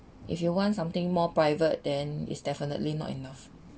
if you want something more private than is definitely not enough